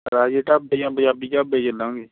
ਰਾਜੇ ਢਾਬੇ ਜਾਂ ਪੰਜਾਬੀ ਢਾਬੇ ਚੱਲਾਂਗੇ